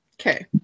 Okay